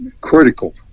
critical